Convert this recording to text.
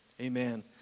Amen